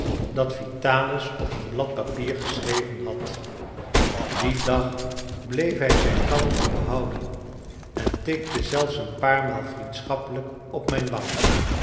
dat vitalis op een blad papier geschreven had dien dag bleef hij zijn kalmte behouden en tikte zelfs een paar maal vriendschappelijk op mijn wang